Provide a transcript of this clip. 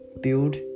Build